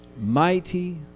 Mighty